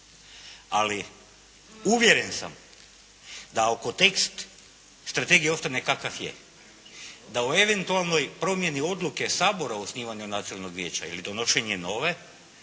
Ali uvjeren sam da ako tekst strategije ostane kakav je da o eventualnoj promjeni odluke Sabora o osnivanju nacionalnog vijeća ili donošenje nove